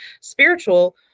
spiritual